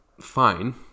fine